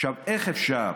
איך אפשר